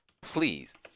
please